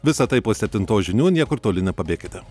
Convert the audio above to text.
visa tai po septintos žinių niekur toli nepabėkite